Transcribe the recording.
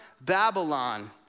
Babylon